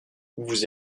vous